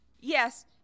Yes